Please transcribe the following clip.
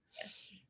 Yes